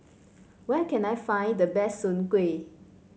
where can I find the best Soon Kuih